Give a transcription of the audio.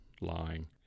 lying